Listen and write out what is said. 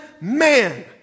man